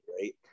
right